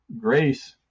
grace